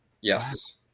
Yes